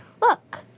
Look